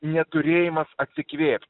neturėjimas atsikvėpt